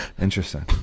Interesting